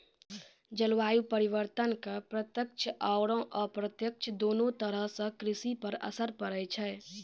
जलवायु परिवर्तन के प्रत्यक्ष आरो अप्रत्यक्ष दोनों तरह सॅ कृषि पर असर पड़ै छै